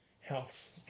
house